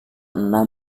enam